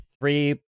three